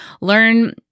learn